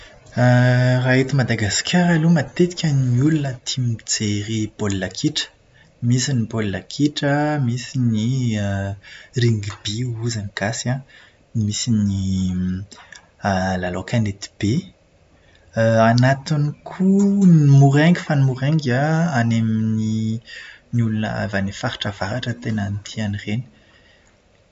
Raha eto Madagasikara aloha matetika ny olona tia mijery baolina kitra. Misy ny baolina kitra an, misy ny ringoby hozy ny gasy an, misy ny lalao kanety be. Anatiny koa ny moraingy fa ny moraingy an, any amin'ny ny olona avy any amin'ny faritra avaratra no tena tia an'ireny.